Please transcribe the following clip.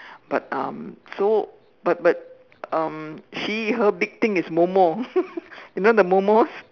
but um so but but um she her big thing is momo you know the momos